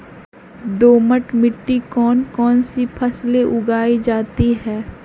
दोमट मिट्टी कौन कौन सी फसलें उगाई जाती है?